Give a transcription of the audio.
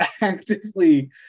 actively